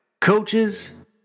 coaches